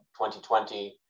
2020